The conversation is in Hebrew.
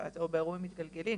או באירועים מתגלגלים.